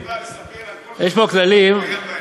תן ליושב-ראש הישיבה לספר על כל בתי-הספר שהוא היה בהם.